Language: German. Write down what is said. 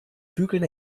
bügeln